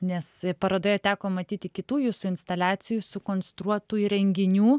nes parodoje teko matyti kitų jūsų instaliacijų sukonstruotų įrenginių